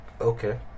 okay